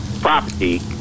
property